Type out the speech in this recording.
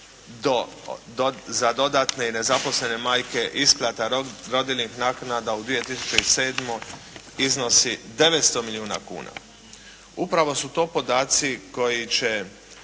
za dodatne i nezaposlene majke isplata rodiljnih naknada u 2007. iznosi 900 milijuna kuna. Upravo su to podaci koji će